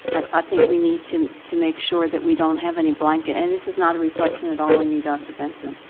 i think we need to to make sure that we don't have any blanket and this is not a reflection at all on you, dr. benson.